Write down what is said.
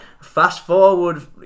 fast-forward